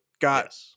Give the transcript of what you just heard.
got